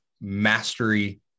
mastery